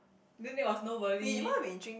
then there was nobody